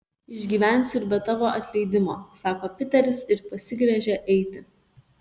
išgyvensiu ir be tavo atleidimo sako piteris ir pasigręžia eiti